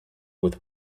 with